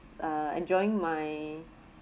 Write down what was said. uh enjoying my